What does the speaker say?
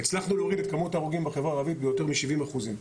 והצלחנו להוריד את כמות ההרוגים בחברה הערבית ביותר משבעים אחוזים.